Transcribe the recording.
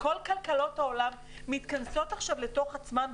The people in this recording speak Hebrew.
כל כלכלות העולם מתכנסות עכשיו לתוך עצמן,